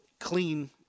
clean